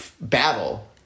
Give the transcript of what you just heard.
battle